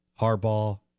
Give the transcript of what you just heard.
Harbaugh